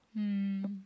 hmm